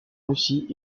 russie